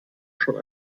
schon